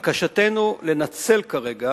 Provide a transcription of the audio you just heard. בקשתנו לנצל כרגע